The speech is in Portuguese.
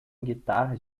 guitarras